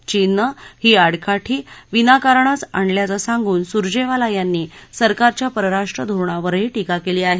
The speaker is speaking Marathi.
चीनने ही आडकाठी विनाकारणच आणल्याचं सांगून सुर्जेवाला यांनी सरकारच्या परराष्ट्र धोरणावरही ीका केली आहे